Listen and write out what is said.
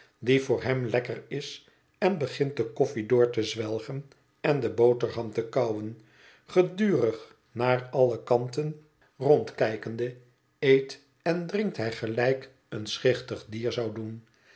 die voor hem lekker is en begint de koffie door te zwelgen en de boterham te kauwen gedurig naar alle kanten rondkijkende eet en drinkt hij gelijk een schichtig dier zou doen